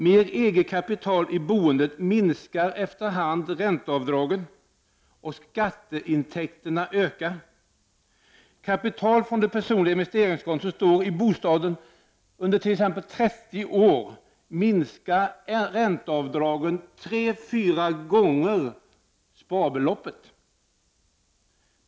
Med eget kapital i boendet minskar efterhand ränteavdragen och skatteintäkterna ökar. Kapital från personligt investeringskonto som står i bostaden under t.ex. trettio år minskar ränteavdragen med tre fyra gånger sparbeloppet.